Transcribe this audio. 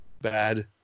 Bad